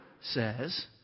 says